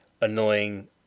annoying